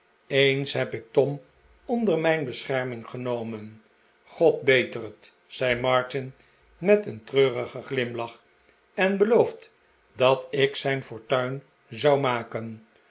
eens heb ik tom onder mijn bescherming genomen god beter het zei martin met een treurigen glimlach en beloofd dat ik zijn fortuin zou maken